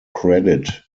credit